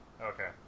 Okay